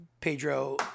Pedro